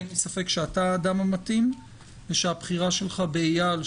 אין לי ספק שאתה האדם המתאים ושהבחירה שלך באייל,